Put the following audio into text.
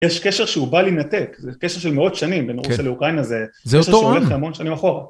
יש קשר שהוא בל-ינתק, זה קשר של מאות שנים בין רוסיה לאוקראינה, זה קשר שהולך המון שנים אחורה.